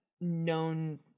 known